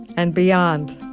and beyond